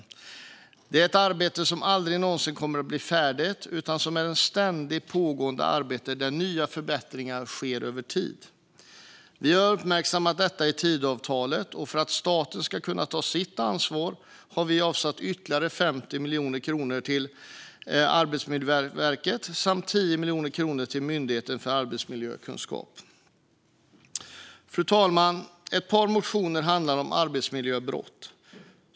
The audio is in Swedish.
Detta är ett arbete som aldrig någonsin kommer att bli färdigt utan som är ett ständigt pågående arbete där nya förbättringar sker över tid. Vi har uppmärksammat detta i Tidöavtalet, och för att staten ska kunna ta sitt ansvar har vi avsatt ytterligare 50 miljoner kronor till Arbetsmiljöverket samt 10 miljoner kronor till Myndigheten för arbetsmiljökunskap. Fru talman! Ett par motioner handlar om arbetsmiljöbrott.